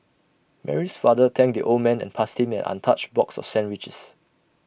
Mary's father thanked the old man and passed him an untouched box of sandwiches